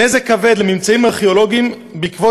"נזק כבד לממצאים ארכיאולוגיים בעקבות